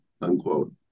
unquote